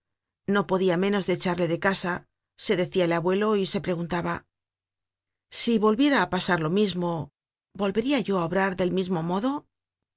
no podia menos de echarle de casa se decia el abuelo y se preguntaba si volviera á pasar lo mismo volveria yo á obrar del mismo modo su